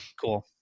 Cool